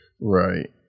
right